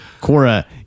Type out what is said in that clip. Cora